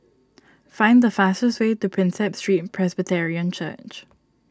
find the fastest way to Prinsep Street Presbyterian Church